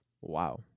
wow